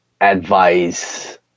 advice